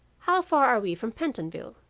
how far are we from pentonville